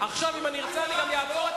עכשיו אם אני ארצה אני גם אעצור את